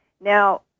Now